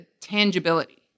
tangibility